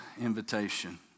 invitation